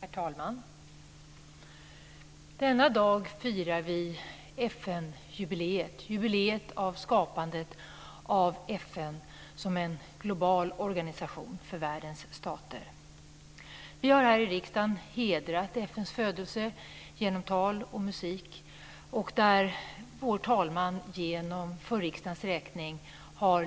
Herr talman! Denna dag firar vi FN-jubileet, med anledning av skapandet av FN som en global organisation för världens stater. Vi har här i riksdagen hedrat FN:s födelse genom tal och musik, och vår talman har för riksdagens räkning